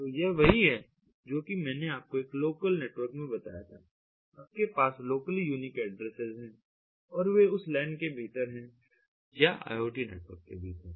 तो यह वही है जोकि मैंने आपको एक लोकल नेटवर्क में बताया था आपके पास यह लोकली यूनिक ऐड्रेसेस हैं और वे उस LAN के भीतर हैं या IoT नेटवर्क के भीतर हैं